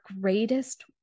greatest